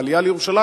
בעלייה לירושלים,